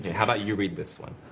how about you read this one.